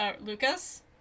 Lucas